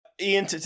Ian